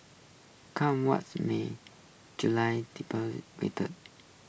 come what may July waiter